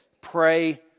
Pray